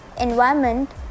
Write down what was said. environment